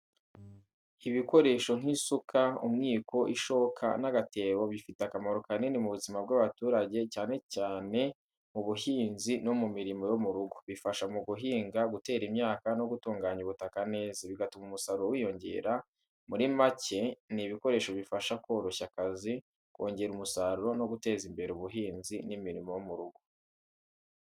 Ibikoresho nk’isuka, umwiko, ishoka, n’agatebo bifite akamaro kanini mu buzima bw’abaturage cyane mu buhinzi no mu mirimo yo mu rugo. Bifasha mu guhinga, gutera imyaka, no gutunganya ubutaka neza, bigatuma umusaruro wiyongera. Muri make, ibi bikoresho bifasha koroshya akazi, kongera umusaruro no guteza imbere ubuhinzi n’imirimo yo mu rugo.